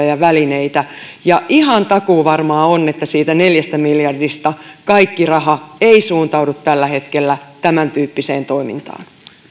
ja välineitä ja ihan takuuvarmaa on että siitä neljästä miljardista kaikki raha ei suuntaudu tällä hetkellä tämäntyyppiseen toimintaan